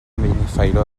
benifairó